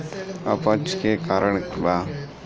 अपच के का कारण बा?